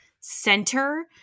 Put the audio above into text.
center